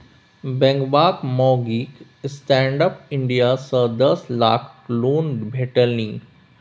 बेंगबाक माउगीक stand up India सँ दस लाखक लोन भेटलनि